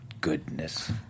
goodness